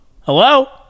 hello